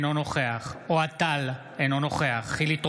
אינו נוכח אוהד טל, אינו נוכח חילי טרופר,